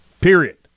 Period